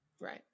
right